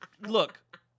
look